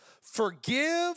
forgive